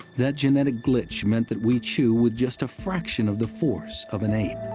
that genetic glitch meant that we chew with just a fraction of the force of an ape.